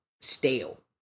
stale